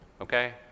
Okay